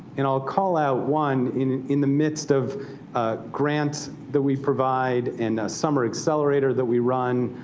and i'll call out one, in in the midst of grants that we provide in a summer accelerator that we run,